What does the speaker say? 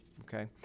Okay